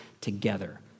together